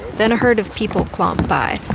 then a herd of people clomp by,